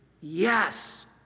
Yes